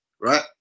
right